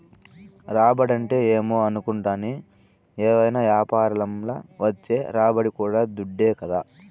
రాబడంటే ఏమో అనుకుంటాని, ఏవైనా యాపారంల వచ్చే రాబడి కూడా దుడ్డే కదా